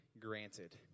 granted